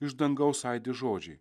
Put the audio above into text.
iš dangaus aidi žodžiai